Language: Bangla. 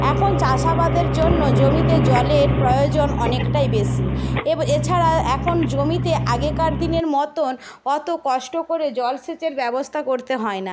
এখন চাষাবাদের জন্য জমিতে জলের প্রয়োজন অনেকটাই বেশি এছাড়া এখন জমিতে আগেকার দিনের মতন অত কষ্ট করে জলসেচের ব্যবস্থা করতে হয় না